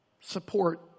Support